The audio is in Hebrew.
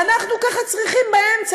ואנחנו צריכים באמצע,